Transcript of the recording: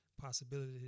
possibility